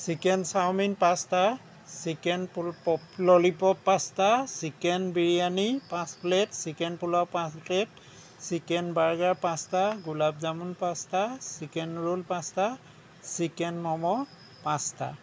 chicken chowmein পাঁচটা chicken lollipop পাঁচটা chicken biryani পাঁচ প্লেট চিকেন পোলাও পাঁচ প্লেট চিকেন বাৰ্গাৰ পাঁচটা গোলাব জামুন পাঁচটা চিকেন ৰ'ল পাঁচটা চিকেন ম'ম' পাঁচটা